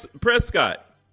Prescott